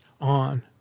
on